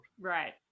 Right